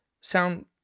sound